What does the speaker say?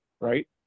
right